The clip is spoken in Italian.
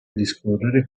discorrere